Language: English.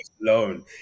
alone